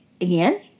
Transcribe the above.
Again